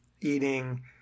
eating